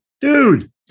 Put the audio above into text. Dude